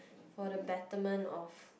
for the betterment of